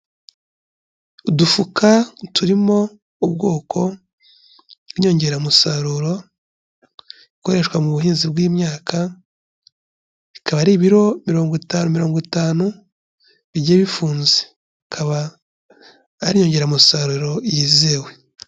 Udufuka turimo ubwoko bw'inyongeramusaruro ikoreshwa mu buhinzi bw'imyaka, bikaba ari ibiro mirongo itanu, mirongo itanu bigiye bifunze, bikaba ari inyongeramusaruro yizewe.